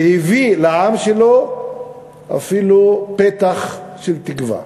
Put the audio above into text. שהביא לעם שלו אפילו פתח של תקווה.